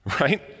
right